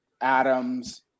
Adams